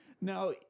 now